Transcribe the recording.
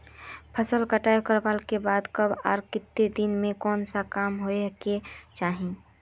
फसल कटाई करला के बाद कब आर केते दिन में कोन सा काम होय के चाहिए?